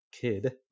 Kid